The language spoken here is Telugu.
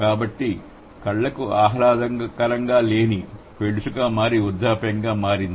కాబట్టి కళ్ళకు ఆహ్లాదకరంగా లేని పెళుసుగా మారి వృద్ధాప్యంగా మారింది